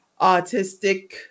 autistic